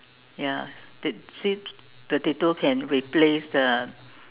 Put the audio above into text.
ya sweet sweet potato can replace the